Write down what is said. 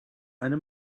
eine